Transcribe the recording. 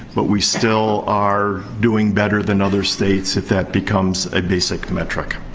but we still are doing better than other states, if that becomes ah basic metric.